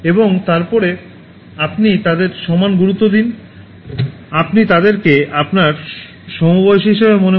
এবং তারপরে আপনি তাদের সমান গুরুত্ব দিন আপনি তাদেরকে আপনার সমবয়সী হিসাবে মনে কর